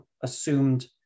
assumed